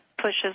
pushes